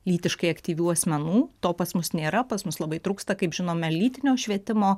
lytiškai aktyvių asmenų to pas mus nėra pas mus labai trūksta kaip žinome lytinio švietimo